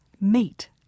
Meet